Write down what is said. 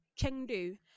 chengdu